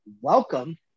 welcome